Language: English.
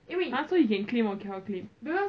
!huh! so he can claim or cannot claim